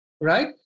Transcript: right